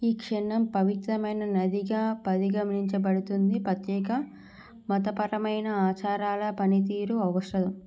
ఈ క్షణం పవిత్రమైన నదిగా పరిగమిణించబడుతుంది ప్రత్యేక మతపరమైన ఆచారాల పనితీరు అవసలం